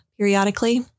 Periodically